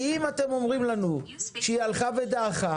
כי אם אתם אומרים לנו שהיא הלכה ודעכה